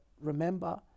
remember